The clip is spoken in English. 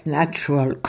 natural